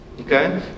Okay